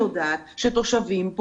לבוא ולהיות ציניים, כל אחד יכול.